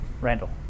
Randall